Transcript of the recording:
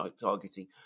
targeting